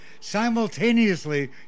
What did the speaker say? simultaneously